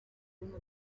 ukuntu